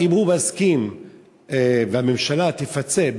אם הוא מסכים והממשלה תפצה,